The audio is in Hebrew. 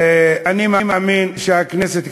אני מאמין שהכנסת,